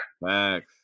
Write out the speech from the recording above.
Max